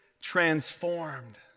transformed